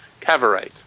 Caverite